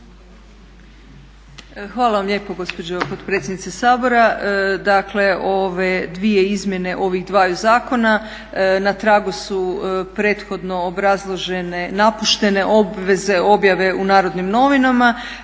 Hvala vam lijepo gospođo potpredsjednice Sabora. Dakle ove dvije izmjene ovih dvaju zakona na tragu su prethodno obrazložene, napuštene obveze objave u Narodnim novinama.